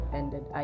ended